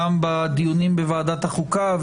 גם בדיונים בוועדת החוקה,